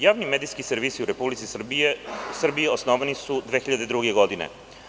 Javni medijski servisi u Republici Srbiji osnovani su 2002. godine.